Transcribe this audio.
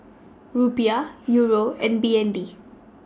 Rupiah Euro and B N D